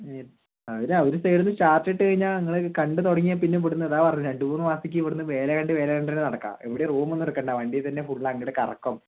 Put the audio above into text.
നേര് അതൊര് ഒര് സൈഡിന്ന് ചാർട്ടിട്ട് കഴിഞ്ഞാൽ നിങ്ങളിത് കണ്ട് തുടങ്ങിയ പിന്നെ ഇവിടുന്ന് അതാ പറഞ്ഞത് രണ്ട് മൂന്ന് മാസത്തേക്ക് ഇവിടുന്ന് വേല കണ്ട് വേല കണ്ട് തന്നെ നടക്കാം ഇവിടെ റൂമൊന്നും എടുക്കണ്ട വണ്ടിത്തന്നെ ഫുള്ള് അങ്ങട് കറക്കം